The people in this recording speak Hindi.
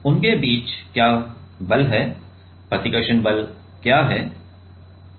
अब उनके बीच क्या बल है प्रतिकर्षण बल क्या है